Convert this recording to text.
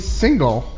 single